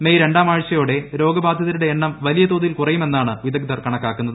May രണ്ടാം ആഴ്ചയോടെ രോഗബാധിതരുടെ എണ്ണം വലിയതോതിൽ കുറയുമെന്നാണ് വിദഗ്ധർ കണക്കാക്കുന്നത്